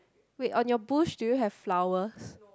wait on your bush do you have flowers